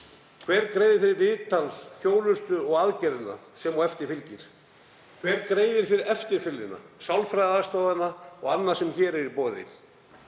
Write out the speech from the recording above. Hver greiðir fyrir viðtal, þjónustu og aðgerðirnar sem á eftir fylgir? Hver greiðir fyrir eftirfylgnina, sálfræðiaðstoðina og annað sem hér er í boði?